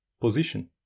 position